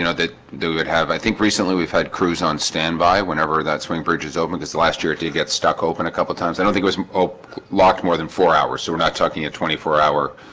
you know that they would have i think recently we've had crews on standby whenever that swing bridge is over this last year. it did get stuck open a couple of times i don't think was locked more than four hours. so we're not talking a twenty four hour